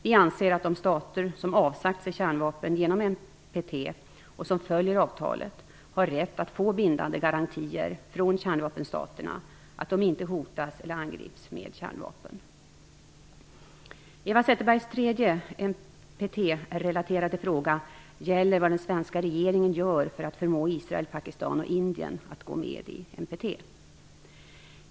Vi anser att de stater som avsagt sig kärnvapen genom NPT och som följer avtalet har rätt att få bindande garantier från kärnvapenstaterna att de inte skall hotas eller angripas med kärnvapen. Eva Zetterbergs tredje NPT-relaterade fråga gäller vad den svenska regeringen gör för att förmå Israel, Pakistan och Indien att gå med i NPT.